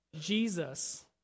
Jesus